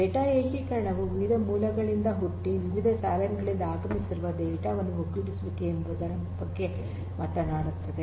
data ಏಕೀಕರಣವು ವಿವಿಧ ಮೂಲಗಳಿಂದ ಹುಟ್ಟಿ ವಿವಿಧ ಚಾನಲ್ ಗಳಿಂದ ಆಗಮಿಸುತ್ತಿರುವ ಡೇಟಾ ವನ್ನು ಒಗ್ಗೂಡಿಸುವಿಕೆ ಎಂಬುದರ ಬಗ್ಗೆ ಮಾತನಾಡುತ್ತದೆ